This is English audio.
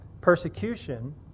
Persecution